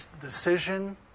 decision